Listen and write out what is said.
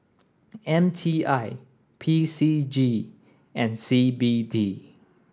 M T I P C G and C B D